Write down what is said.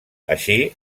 així